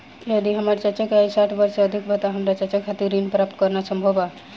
यदि हमार चाचा के आयु साठ वर्ष से अधिक बा त का हमार चाचा के खातिर ऋण प्राप्त करना संभव बा?